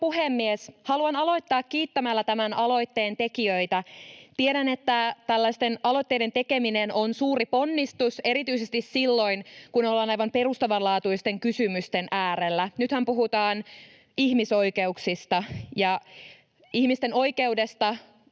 puhemies! Haluan aloittaa kiittämällä tämän aloitteen tekijöitä. Tiedän, että tällaisten aloitteiden tekeminen on suuri ponnistus erityisesti silloin, kun ollaan aivan perustavanlaatuisten kysymysten äärellä. Nythän puhutaan ihmisoikeuksista ja ihmisten oikeudesta